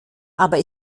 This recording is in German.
aber